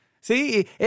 See